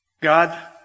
God